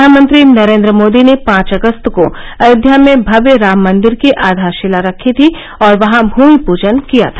प्रधानमंत्री नरेन्द्र मोदी ने पांच अगस्त को अयोध्या में भव्य राम मंदिर की आधारशिला रखी थी और वहां भूमि पूजन किया था